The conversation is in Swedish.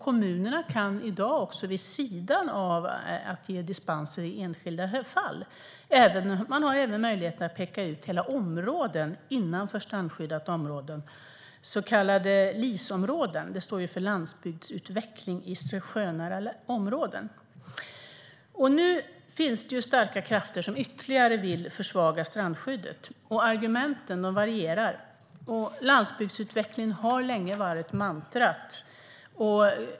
Kommunerna har i dag möjlighet att vid sidan av att ge dispenser i enskilda fall även peka ut hela områden innanför strandskyddat område, så kallade LIS-områden, som står för landsbygdsutveckling i sjönära områden. Nu finns det starka krafter som ytterligare vill försvaga strandskyddet. Argumenten varierar. Landsbygdsutveckling har länge varit mantrat.